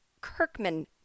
Kirkman